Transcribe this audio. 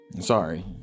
Sorry